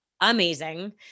amazing